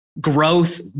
Growth